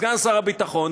סגן שר הביטחון,